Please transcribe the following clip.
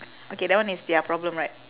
okay that one is their problem right